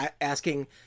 asking